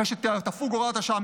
אחרי שתפוג הוראת השעה,